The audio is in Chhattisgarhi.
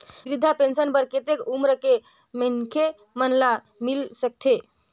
वृद्धा पेंशन बर कतेक उम्र के मनखे मन ल मिल सकथे?